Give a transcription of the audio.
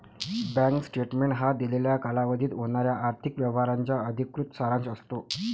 bank statement हा दिलेल्या कालावधीत होणाऱ्या आर्थिक व्यवहारांचा अधिकृत सारांश असतो